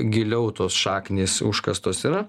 giliau tos šaknys užkastos yra